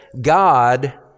God